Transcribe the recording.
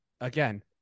again